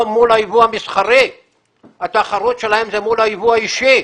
מול היבוא המסחרי אלא התחרות שלהם היא מול היבוא האישי.